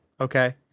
Okay